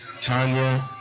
Tanya